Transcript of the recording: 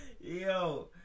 Yo